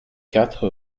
quatre